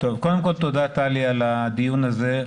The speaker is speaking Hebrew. קודם כל תודה טלי על הדיון הזה,